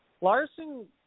Larson